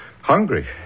hungry